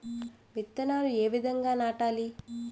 విత్తనాలు ఏ విధంగా నాటాలి?